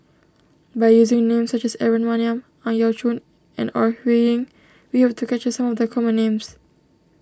by using names such as Aaron Maniam Ang Yau Choon and Ore Huiying we hope to capture some of the common names